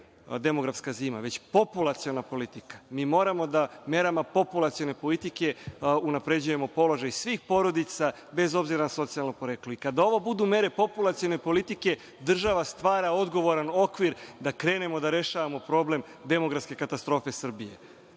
demografska zima, već populaciona politika. Mi moramo da merama populacione politike unapređujemo položaj svih porodica, bez obzira na socijalno poreklo. Kada ovo budu mere populacione politike, država stvara odgovoran okvir da krenemo da rešavamo problem demografske katastrofe Srbije. Zbog